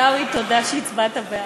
עיסאווי, תודה שהצבעת בעד.